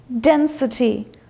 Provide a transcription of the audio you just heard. density